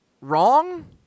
wrong